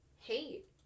hate